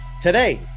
Today